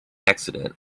accident